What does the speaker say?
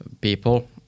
people